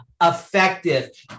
Effective